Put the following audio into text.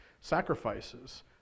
sacrifices